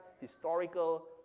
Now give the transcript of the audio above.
historical